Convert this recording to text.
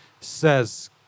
says